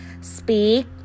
Speak